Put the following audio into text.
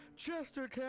Chester